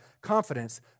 confidence